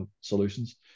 solutions